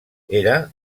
era